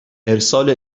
ارسال